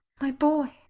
my boy!